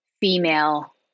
female